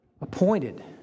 appointed